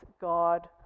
God